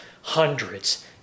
hundreds